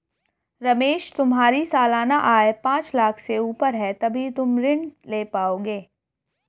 रमेश तुम्हारी सालाना आय पांच लाख़ से ऊपर है तभी तुम ऋण ले पाओगे